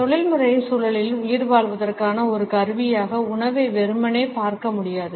தொழில்முறை சூழலில் உயிர்வாழ்வதற்கான ஒரு கருவியாக உணவை வெறுமனே பார்க்க முடியாது